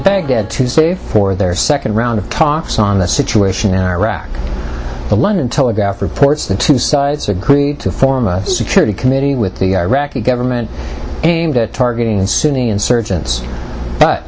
baghdad to save for their second round of talks on the situation in iraq the london telegraph reports the two sides agreed to form a security committee with the iraqi government aimed at targeting sunni insurgents but